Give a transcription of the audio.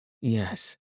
yes